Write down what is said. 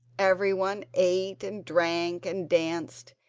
everyone ate and drank and danced.